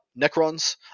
necrons